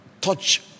touch